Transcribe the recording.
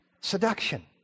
seduction